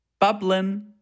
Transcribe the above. Bublin